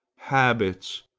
habits,